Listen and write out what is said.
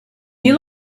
you